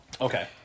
Okay